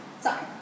Sorry